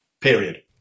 period